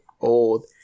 old